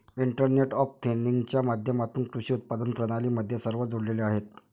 internet of थिंग्जच्या माध्यमातून कृषी उत्पादन प्रणाली मध्ये सर्व जोडलेले आहेत